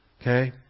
Okay